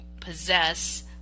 possess